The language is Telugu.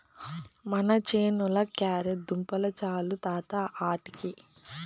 మన చేనుల క్యారెట్ దుంపలు చాలు తాత ఆటికి